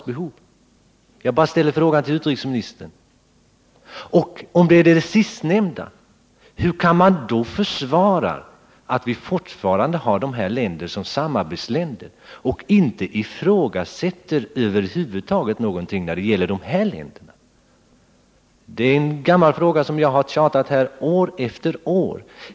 Jag ställer frågan till utrikesministern. Om det sistnämnda är fallet, hur kan man då försvara att vi fortfarande har dessa länder som samarbetsländer och över huvud taget inte ifrågasätter någonting? Det är en gammal fråga som jag har tjatat om här år efter år.